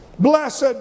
Blessed